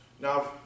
Now